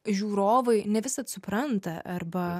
žiūrovai ne visad supranta arba